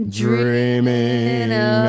dreaming